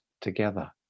together